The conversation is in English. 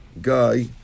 guy